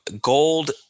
gold